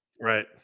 Right